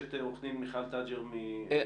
את עורכת הדין מיכל תג'ר מ'קו לעובד'.